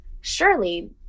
surely